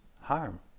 harm